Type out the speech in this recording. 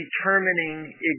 determining